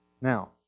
Now